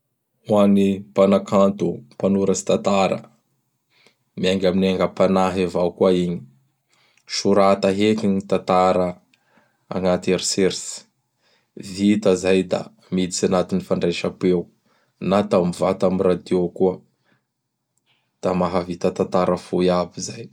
Ho an'ny Mpanakanto, Mpanoratsy tatara. Miainga amin'gny aingam-panahy avao koa igny. Sorata heky gn tantara agnaty eritseritsy. Vita zay da miditsy agnatin'ny fandraisam-peo na atao mivata am radio koa. Da mahavita tantara fohy aby zay.